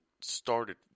started